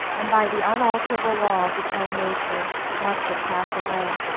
and by the unalterable law of its own nature must it pass away.